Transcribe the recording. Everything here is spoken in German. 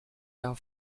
der